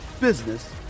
business